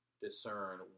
discern